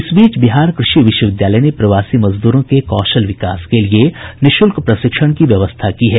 इस बीच बिहार कृषि विश्वविद्यालय ने प्रवासी मजदूरों के कौशल विकास के लिए निःशुल्क प्रशिक्षण की व्यवस्था की है